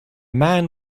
man